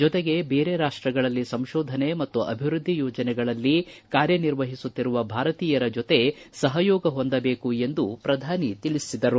ಜೊತೆಗೆ ಬೇರೆ ರಾಷ್ಷಗಳಲ್ಲಿ ಸಂಶೋಧನೆ ಮತ್ತು ಅಭಿವೃದ್ಧಿ ಯೋಜನೆಗಳಲ್ಲಿ ಕಾರ್ಯನಿರ್ವಹಿಸುತ್ತಿರುವ ಭಾರತೀಯರ ಜೊತೆ ಸಹಯೋಗ ಹೊಂದಬೇಕು ಎಂದು ಪ್ರಧಾನಿ ತಿಳಿಸಿದರು